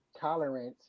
tolerance